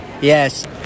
Yes